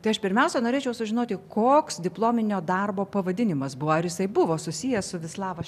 tai aš pirmiausia norėčiau sužinoti koks diplominio darbo pavadinimas buvo ar jisai buvo susijęs su vislava